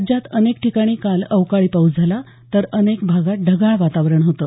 राज्यात अनेक ठिकाणी काल अवकाळी पाऊस झाला तर अनेक भागात ढगाळ वातावरण होतं